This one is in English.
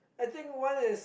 I think one is